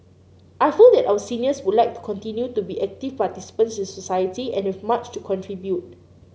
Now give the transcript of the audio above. I feel that our seniors would like to continue to be active participants in society and have much to contribute